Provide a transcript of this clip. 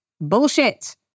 Bullshit